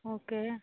okay